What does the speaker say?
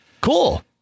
Cool